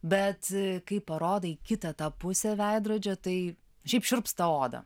bet kai parodai kitą tą pusę veidrodžio tai šiaip šiurpsta oda